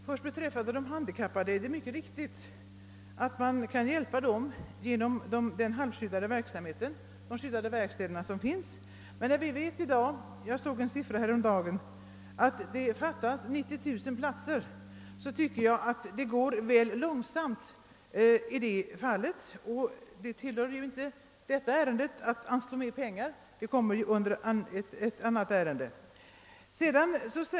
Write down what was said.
Herr talman! Det är mycket riktigt att man kan hjälpa de handikappade genom den halvskyddade och skyddade verksamhet som förekommer. Jag såg emellertid en uppgift häromdagen om att det skulle behövas ytterligare 90 000 platser, och då tycker jag att det går väl långsamt med den hjälpen. Men det hör ju inte till det här ärendet att anslå mera pengar, utan den frågan kommer upp vid annat tillfälle.